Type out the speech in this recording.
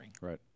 right